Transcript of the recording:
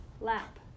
lap